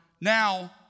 now